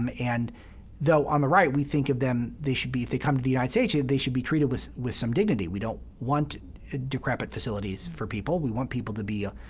um and though on the right, we think of them, they should be they come to the united states, yeah they should be treated with with some dignity. we don't want decrepit facilities for people we want people to be